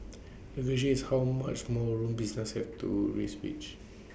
the question is how much more room businesses have to raise wages